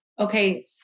Okay